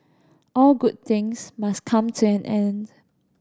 all good things must come to an end